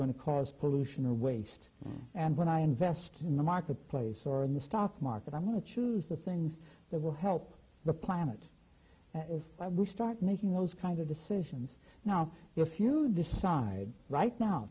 going to cause pollution or waste and when i invest in the marketplace or in the stock market i'm going to choose the things that will help the planet i will start making those kind of decisions now if you decide right now